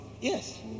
Yes